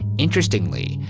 interestingly,